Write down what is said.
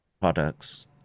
products